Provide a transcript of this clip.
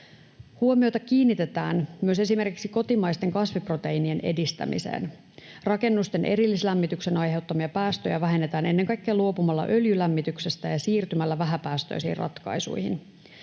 Huomiota kiinnitetään myös esimerkiksi kotimaisten kasviproteiinien edistämiseen. Rakennusten erillislämmityksen aiheuttamia päästöjä vähennetään ennen kaikkea luopumalla öljylämmityksestä ja siirtymällä vähäpäästöisiin ratkaisuihin.